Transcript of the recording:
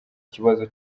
kibazo